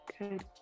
Good